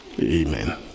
Amen